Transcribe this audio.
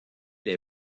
les